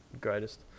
greatest